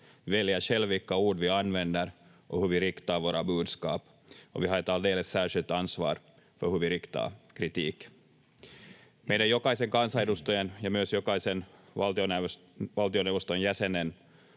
väljer själv vilka ord vi använder och hur vi riktar våra budskap och vi har ett alldeles särskilt ansvar för hur vi riktar kritik. Meidän jokaisen kansanedustajan ja myös jokaisen valtioneuvoston jäsenen